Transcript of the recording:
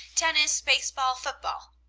tennis, base-ball, football.